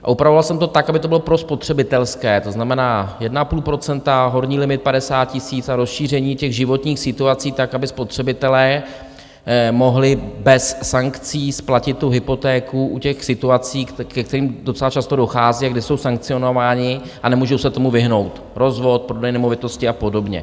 Upravoval jsem to tak, aby to bylo prospotřebitelské, to znamená 1,5 %, horní limit 50 tisíc a rozšíření těch životních situací tak, aby spotřebitelé mohli bez sankcí splatit tu hypotéku u těch situací, ke kterým docela často dochází a kde jsou sankcionováni a nemůžou se tomu vyhnout rozvod, prodej nemovitosti a podobně.